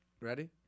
Ready